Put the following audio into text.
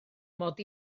mod